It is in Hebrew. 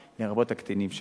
במשפחה, לרבות הקטינים שבה.